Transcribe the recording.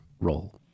role